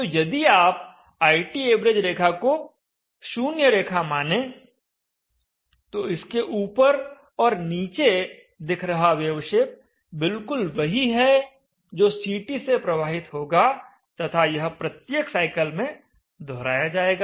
तो यदि आप ITav रेखा को 0 रेखा मानें तो इसके ऊपर और नीचे दिख रहा वेव शेप बिल्कुल वही है जो CT से प्रवाहित होगा तथा यह प्रत्येक साइकिल में दोहराया जाएगा